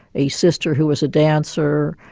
a sister who was a dancer,